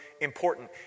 important